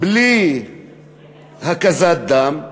בלי הקזת דם,